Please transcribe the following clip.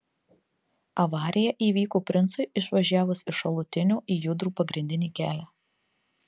avarija įvyko princui išvažiavus iš šalutinio į judrų pagrindinį kelią